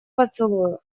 поцелую